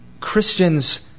Christians